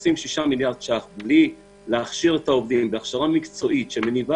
לשים 6 מיליארדי ש"ח בלי להכשיר את העובדים בהכשרה מקצועית שמניבה